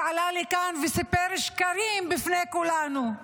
שעלה לכאן וסיפר שקרים בפני כולנו.